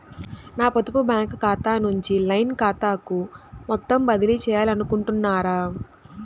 నా పొదుపు బ్యాంకు ఖాతా నుంచి లైన్ ఖాతాకు మొత్తం బదిలీ చేయాలనుకుంటున్నారా?